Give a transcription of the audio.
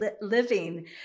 living